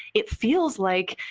it feels like,